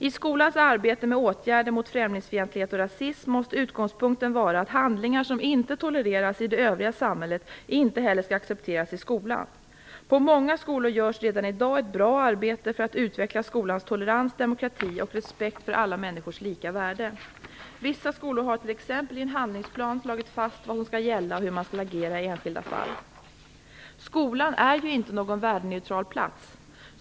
I skolans arbete med åtgärder mot främlingsfientlighet och rasism måste utgångspunkten vara att handlingar som inte tolereras i det övriga samhället inte heller skall accepteras i skolan. På många skolor görs redan i dag ett bra arbete för att utveckla skolans tolerans, demokrati och respekt för alla människors lika värde. Vissa skolor har t.ex. i en handlingsplan slagit fast vad som skall gälla och hur man skall agera i enskilda fall. Skolan är inte någon värdeneutral plats.